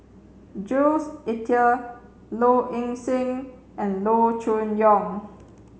Jules Itier Low Ing Sing and Loo Choon Yong